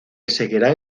seguirían